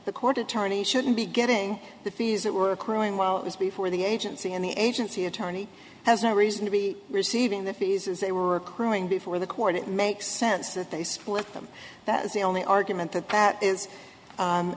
the court attorney shouldn't be getting the fees that were occurring while it was before the agency and the agency attorney has no reason to be receiving the fees as they were accruing before the court it makes sense that they split them that is the only argument that that is